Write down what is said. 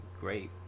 Great